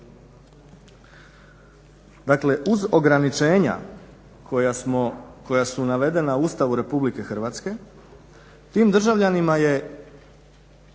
dakle uz ograničenja koja su navedena u Ustavu RH tim državljanima je